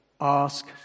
Ask